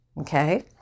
Okay